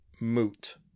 moot